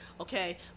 okay